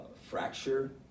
fracture